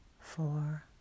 four